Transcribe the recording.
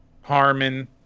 Harmon